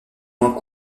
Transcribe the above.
moins